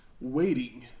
waiting